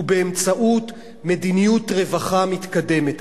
הוא באמצעות מדיניות רווחה מתקדמת.